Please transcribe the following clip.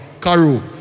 caro